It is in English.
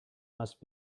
must